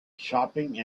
shopping